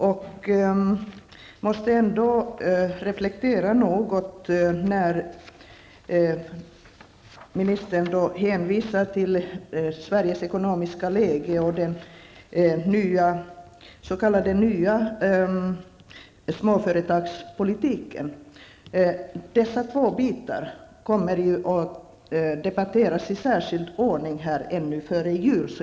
Och jag måste något reflektera över ministerns hänvisning till Sveriges ekonomiska läge och den s.k. nya småföretagspolitiken. Dessa frågor kommer ju att debatteras i särskild ordning här i riksdagen före jul.